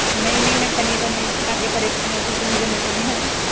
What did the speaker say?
नहीं नहीं मैं पनीर वानीर खाके परेशान हो चुकी हूँ मुझे मटन ही खाना है